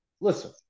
listen